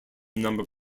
number